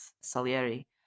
Salieri